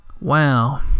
Wow